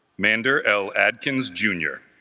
mander l. adkers jr,